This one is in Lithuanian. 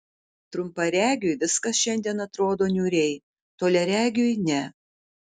trumparegiui viskas šiandien atrodo niūriai toliaregiui ne